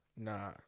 Nah